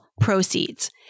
proceeds